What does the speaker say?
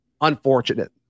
unfortunate